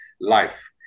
Life